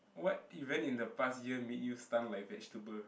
what event in the past year made you stun like vegetable